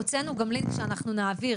הוצאנו גם לינק שאנחנו נעביר.